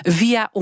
via